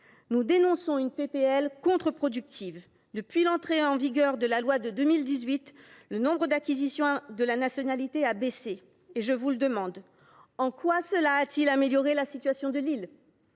proposition de loi contre productive. Depuis l’entrée en vigueur de la loi de 2018, le nombre d’acquisitions de la nationalité a baissé. Je vous le demande, en quoi cela a t il amélioré la situation de l’île ?